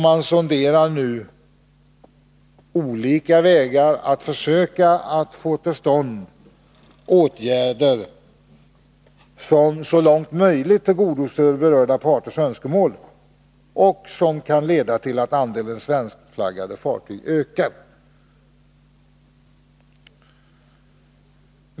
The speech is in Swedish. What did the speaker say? Man sonderar nu olika vägar att få till stånd åtgärder, som så långt möjligt tillgodoser berörda parters önskemål och som kan leda till att andelen svenskflaggade fartyg ökar.